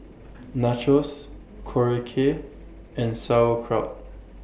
Nachos Korokke and Sauerkraut